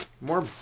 More